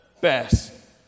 best